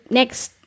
next